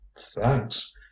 Thanks